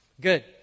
Good